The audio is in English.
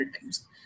times